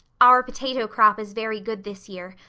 our potato crop is very good this year.